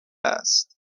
است